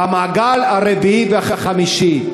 במעגל הרביעי והחמישי.